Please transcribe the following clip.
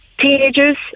teenagers